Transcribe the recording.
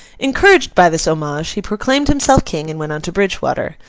encouraged by this homage, he proclaimed himself king, and went on to bridgewater.